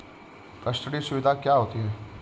Custody सुविधा क्या होती है?